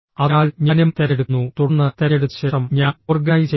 അതിനാൽ ഞാനും തിരഞ്ഞെടുക്കുന്നു തുടർന്ന് തിരഞ്ഞെടുത്ത ശേഷം ഞാൻ ഓർഗനൈസ് ചെയ്യുന്നു